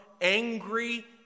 angry